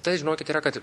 tai žinokit yra kad